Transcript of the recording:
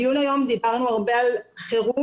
בדיון היום דיברנו הרבה על חירום,